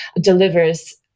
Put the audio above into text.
delivers